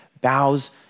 bows